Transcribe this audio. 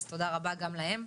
אז תודה רבה גם להם.